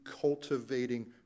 cultivating